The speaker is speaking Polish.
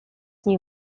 nie